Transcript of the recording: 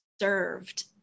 served